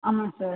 ஆமாம் சார்